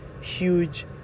huge